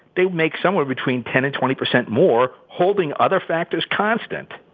they will make somewhere between ten and twenty percent more, holding other factors constant,